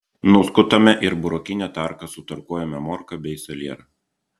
nuskutame ir burokine tarka sutarkuojame morką bei salierą